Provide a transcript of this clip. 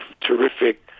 terrific